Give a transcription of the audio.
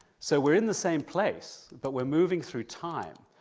so we're in the same place, but we're moving through time,